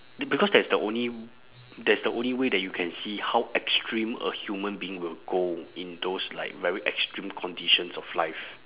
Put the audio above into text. the because that's the only that's the only way that you can see how extreme a human being will go in those like very extreme conditions of life